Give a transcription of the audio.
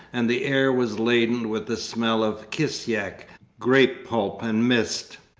and the air was laden with the smell of kisyak, grape-pulp, and mist.